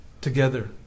together